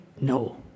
No